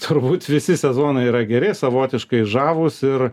turbūt visi sezonai yra geri savotiškai žavūs ir